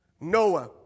Noah